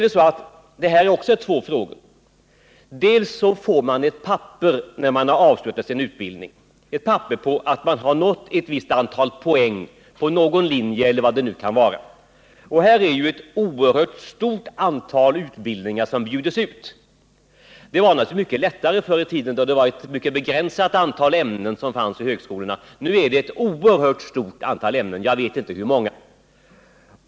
Detta är också två frågor. Man får, när man har avslutat en utbildning, ett papper på att man har nått ett visst antal poäng på någon linje eller vad det kan vara. Det är ju ett oerhört stort antal utbildningar som bjuds ut. Det var naturligtvis mycket lättare förr i tiden då det var ett begränsat antal ämnen som fanns vid högskolorna. Nu är det ett oerhört stort antal ämnen — jag vet inte hur många.